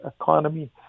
economy